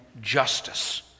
justice